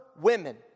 women